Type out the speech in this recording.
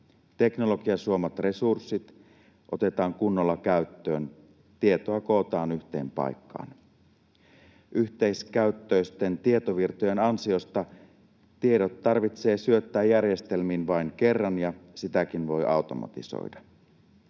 Teknologian suomat resurssit otetaan kunnolla käyttöön. Tietoa kootaan yhteen paikkaan. Yhteiskäyttöisten tietovirtojen ansiosta tiedot tarvitsee syöttää järjestelmiin vain kerran, ja sitäkin voi automatisoida.